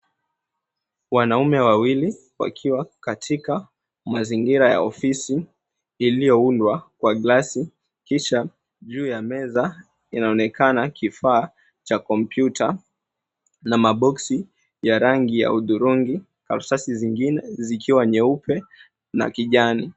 Wanaume wawili, wakiwa katika mazingira ya ofisi, iliyoundwa kwa glasi. Kisha juu ya meza inaonekana kifaa cha kompyuta, na maboksi ya rangi ya udhurungi. Karatasi zingine zikiwa nyeupe na kijani.